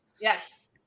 Yes